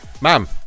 Ma'am